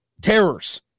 terrors